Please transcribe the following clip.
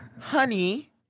honey